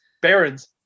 Barons